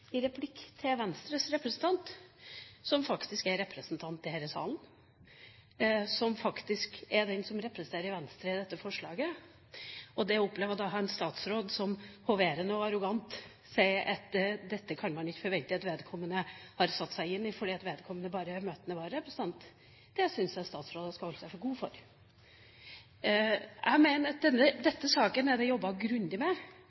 replikk fra Venstres representant – som faktisk er representant i denne salen, og som faktisk er den som representerer Venstre ved dette forslaget. Det å oppleve en statsråd som hoverende og arrogant sier at dette kan man ikke forvente at vedkommende har satt seg inn i fordi vedkommende bare er møtende vararepresentant, det syns jeg statsråder skal holde seg for god for. Jeg mener at denne saken er det jobbet grundig med.